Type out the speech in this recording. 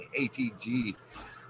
ATG